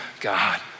God